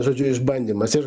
žodžiu išbandymas ir